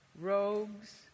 rogues